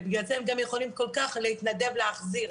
בגלל זה הם גם יכולים כל כך להתנדב להחזיר.